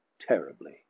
terribly